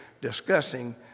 discussing